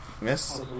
Miss